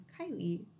Kylie